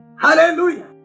Hallelujah